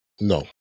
No